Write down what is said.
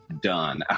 done